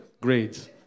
Grades